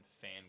fan